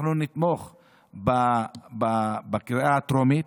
בקריאה הטרומית,